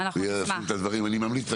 ויישם את הדברים אני ממליץ,